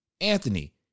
Anthony